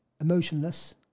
emotionless